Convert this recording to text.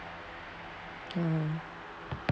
uh